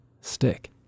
stick